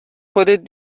خودت